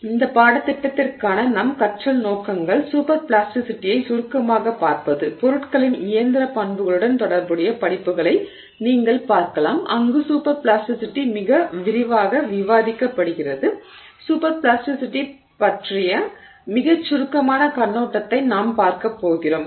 எனவே இந்த பாடத்திட்டத்திற்கான நம் கற்றல் நோக்கங்கள் சூப்பர் பிளாஸ்டிசிட்டியை சுருக்கமாகப் பார்ப்பது பொருட்களின் இயந்திர பண்புகளுடன் தொடர்புடைய படிப்புகளை நீங்கள் பார்க்கலாம் அங்கு சூப்பர் பிளாஸ்டிசிட்டி மிக விரிவாக விவாதிக்கப்படுகிறது சூப்பர் பிளாஸ்டிசிட்டி பற்றிய மிகச் சுருக்கமான கண்ணோட்டத்தை நாம் பார்க்கப்போகிறோம்